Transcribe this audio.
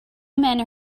men